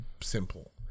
simple